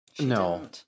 no